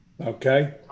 Okay